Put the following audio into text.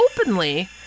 openly